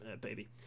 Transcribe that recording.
baby